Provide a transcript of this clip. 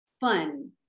fun